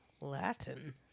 Latin